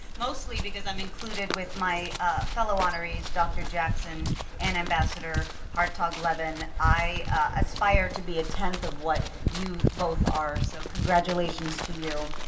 mostly because i'm included with my fellow honorees dr. jackson and ambassador hartog levin. i aspire to be a tenth of what you both are so congratulations to you.